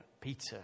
Peter